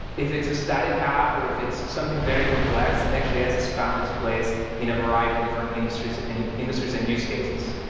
if it's a static app, or if it's something very complex, next js has found its place in a variety of different industries and industries and use cases.